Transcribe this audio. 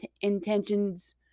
intentions